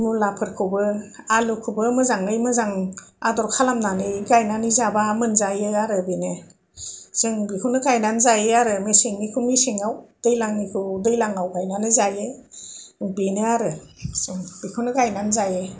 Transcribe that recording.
मुलाफोरखौबो आलुखौबो मोजाङै मोजां आदर खालामनानै गायनानै जाबा मोनजायो आरो बेनो जों बेखौनो गायनानै जायो आरो मेसेंनिखौ मेसेंआव दैलांनिखौ दैलांआव गायनानै जायो बेनो आरो जों बेखौनो गायनानै जायो